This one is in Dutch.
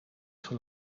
van